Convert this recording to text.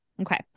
Okay